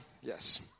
Yes